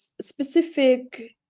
specific